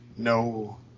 No